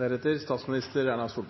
Vi liberalere er